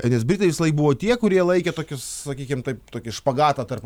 nes britai visąlaik buvo tie kurie laikė tokius sakykim taip tokį špagatą tarp